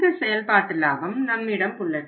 இந்த செயல்பாட்டு லாபம் நம்மிடம் உள்ளது